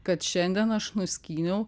kad šiandien aš nuskyniau